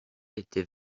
était